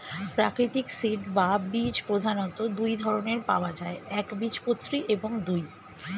প্রাকৃতিক সিড বা বীজ প্রধানত দুই ধরনের পাওয়া যায় একবীজপত্রী এবং দুই